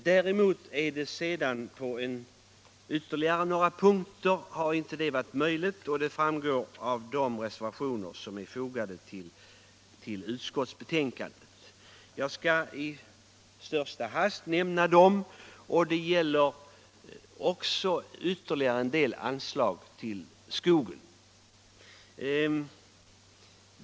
På några punkter har det emellertid inte varit möjligt att nå enighet i utskottet, vilket framgår av de reservationer som är fogade till utskottets betänkande. Jag skall i största hast nämna dem. Det gäller bl.a. en del anslag till skogen.